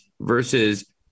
versus